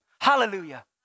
Hallelujah